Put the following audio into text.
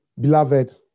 Beloved